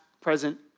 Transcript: present